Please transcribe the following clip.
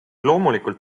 loomulikult